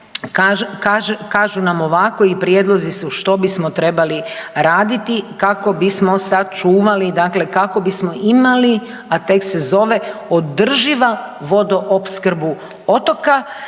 kažu nam ovako i prijedlozi su što bismo trebali raditi kako bismo sačuvali, dakle kako bismo imali, a tekst se zove Održiva vodoopskrbu otoka,